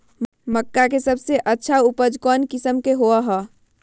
मक्का के सबसे अच्छा उपज कौन किस्म के होअ ह?